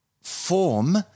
form